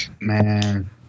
Man